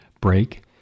break